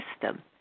system